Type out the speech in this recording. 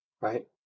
Right